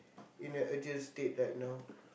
in an urgent state right now